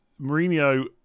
Mourinho